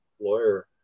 lawyer